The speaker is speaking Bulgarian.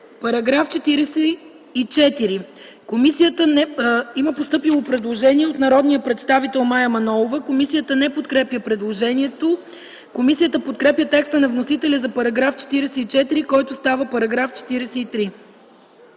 По § 44 има постъпило предложение от народния представител Мая Манолова. Комисията не подкрепя предложението. Комисията подкрепя текста на вносителя за § 44, който става § 43.